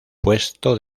puesto